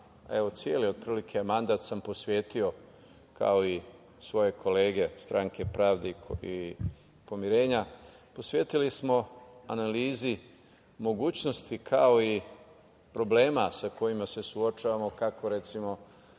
evo celi mandat sam posvetio, kao i svoje kolege Stranke pravde i pomirenja, posvetili smo analizi mogućnosti kao i problema sa kojima se suočavamo, kako